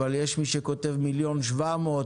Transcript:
אבל יש מי שכותב 1.7 מיליון,